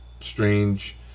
strange